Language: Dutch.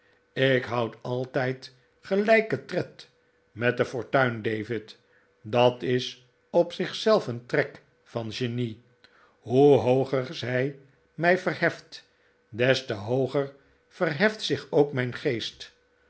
ik houd altijd gelijken tred met de fortuin david dat is op zich zelf een trek van genie hoe hooger zij mij verheft des te hooger verheft zich ook mijn geest